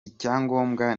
icyangombwa